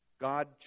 God